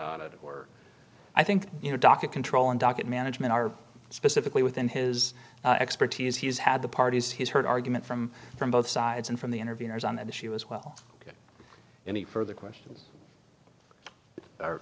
on it or i think you know docket control and docket management are specifically within his expertise he's had the parties he's heard argument from from both sides and from the interviewers on that issue as well as any further questions